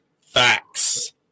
facts